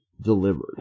delivered